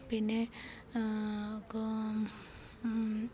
പിന്നെ കോ